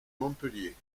montpellier